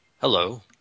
Hello